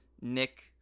Nick